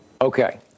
Okay